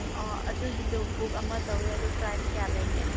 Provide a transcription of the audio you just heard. ꯑꯣ ꯑꯗꯨꯒꯤꯗꯣ ꯕꯨꯛ ꯑꯃ ꯇꯧꯒꯦ ꯑꯗꯣ ꯄ꯭ꯔꯥꯏꯁ ꯀꯌꯥ ꯂꯩꯒꯦ